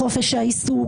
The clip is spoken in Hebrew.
חופש העיסוק,